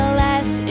less